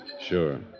Sure